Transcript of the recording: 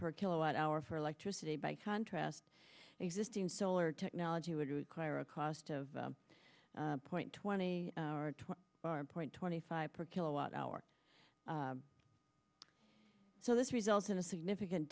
per kilowatt hour for electricity by contrast existing solar technology would require a cost of point twenty four point twenty five per kilowatt hour so this results in a significant